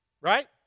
right